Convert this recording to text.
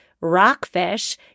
rockfish